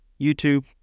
YouTube